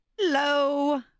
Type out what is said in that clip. Hello